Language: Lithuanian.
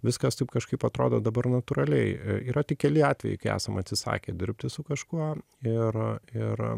viskas taip kažkaip atrodo dabar natūraliai yra tik keli atvejai kai esam atsisakę dirbti su kažkuo ir ir